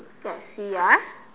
let's see ah